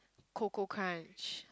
Koko Krunch